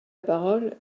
parole